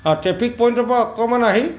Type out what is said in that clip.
অঁ ট্ৰেফিক পইণ্টৰ পৰা অকণমান আহি